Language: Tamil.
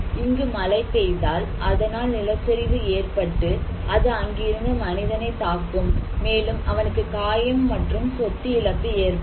இங்கு மழை பெய்தால் அதனால் நிலச்சரிவு ஏற்பட்டு அது அங்கிருந்த மனிதனைத் தாக்கும் மேலும் அவனுக்கு காயம் மற்றும் சொத்து இழப்பு ஏற்படும்